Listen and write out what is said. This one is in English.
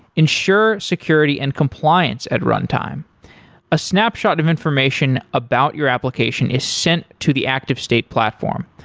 ensure security and compliance at runtime a snapshot of information about your application is sent to the active state platform.